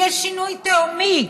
יהיה שינוי תהומי.